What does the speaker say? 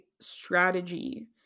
strategy